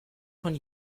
von